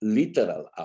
literal